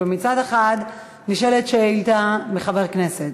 מצד אחד, נשאלת שאילתה של חבר כנסת.